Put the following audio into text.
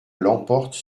l’emporte